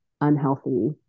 unhealthy